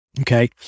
okay